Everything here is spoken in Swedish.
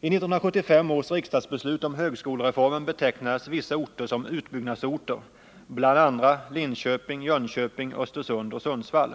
I 1975 års riksdagsbeslut om högskolereformen betecknades vissa orter som utbyggnadsorter, bl.a. Linköping, Jönköping, Östersund och Sundsvall.